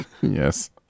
Yes